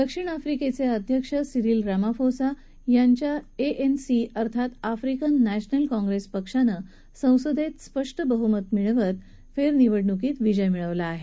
दक्षिण आफ्रिकेचे अध्यक्ष सिरील रामापोसा यांच्या एएनसी अर्थात आफ्रिकन नॅशनल काँप्रेस पक्षानं संसदेत स्पष्ट बहुमत मिळवत फेरनिवडणुकीत विजय मिळवला आहे